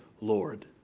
Lord